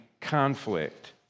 conflict